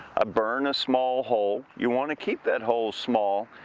i burn a small hole. you wanna keep that hole small.